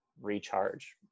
recharge